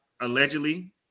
Allegedly